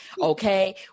Okay